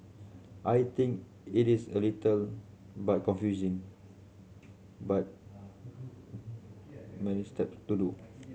I think it is a little but confusing but many steps to do